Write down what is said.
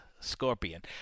Scorpion